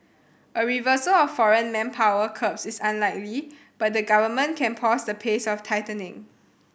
a reversal of foreign manpower curbs is unlikely but the Government can pause the pace of tightening